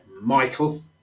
michael